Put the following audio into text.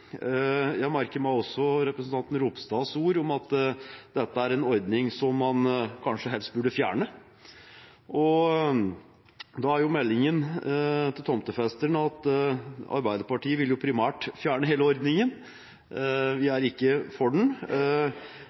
Jeg merker meg også representanten Ropstads ord om at dette er en ordning som man kanskje helst burde fjerne. Da er meldingen til tomtefesterne at Arbeiderpartiet primært vil fjerne hele ordningen; vi er ikke for den.